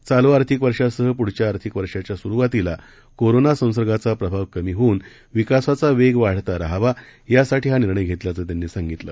चालू आर्थिक वर्षासह पुढच्या आर्थिक वर्षाच्या सुरुवातीला कोरोना संसर्गाचा प्रभाव कमी होऊन विकासाचा वेग वाढता रहावा यासाठी हा निर्णय घेतल्याचं त्यांनी सांगितलं